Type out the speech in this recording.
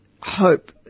hope